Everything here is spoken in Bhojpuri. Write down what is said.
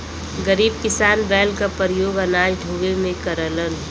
गरीब किसान बैल क परियोग अनाज ढोवे में करलन